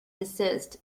desist